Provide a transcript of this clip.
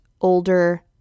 older